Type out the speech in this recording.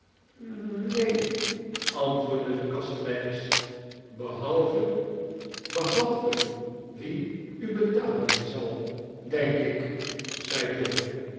en antwoordde de kasteleines behalve behalve wie u betalen zal denk ik zei john